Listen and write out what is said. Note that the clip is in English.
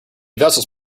vessels